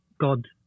God